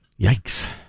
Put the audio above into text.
Yikes